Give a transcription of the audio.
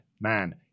Man